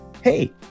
hey